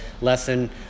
lesson